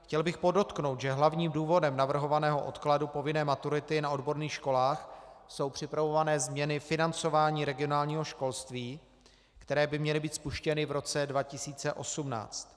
Chtěl bych podotknout, že hlavním důvodem navrhovaného odkladu povinné maturity na odborných školách jsou připravované změny financování regionálního školství, které by měly být spuštěny v roce 2018.